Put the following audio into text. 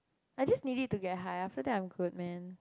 I just need it to get high after that I'm good man